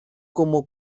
como